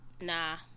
Nah